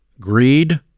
Greed